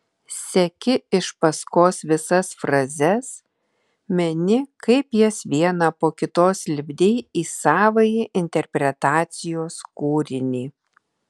seki iš paskos visas frazes meni kaip jas vieną po kitos lipdei į savąjį interpretacijos kūrinį